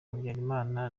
habyarimana